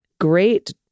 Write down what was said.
Great